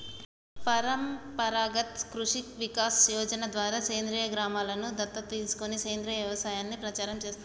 పరంపరాగత్ కృషి వికాస్ యోజన ద్వారా సేంద్రీయ గ్రామలను దత్తత తీసుకొని సేంద్రీయ వ్యవసాయాన్ని ప్రచారం చేస్తారు